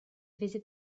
visit